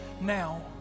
now